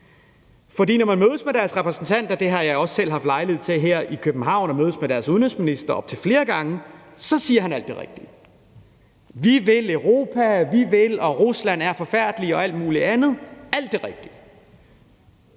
For når man mødes med deres repræsentanter, og det har jeg også selv haft lejlighed til her i København, nemlig at mødes med deres udenrigsminister op til flere gange, siger han alt det rigtige: Vi vil Europa; vi vil det og det; og Rusland er forfærdelige og alt muligt andet – alt det rigtige.